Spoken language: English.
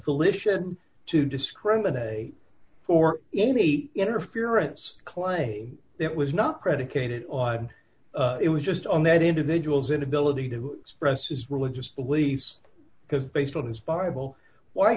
foolish to discriminate for any interference claiming it was not predicated on it was just on that individual's inability to express his religious beliefs because based on his bible why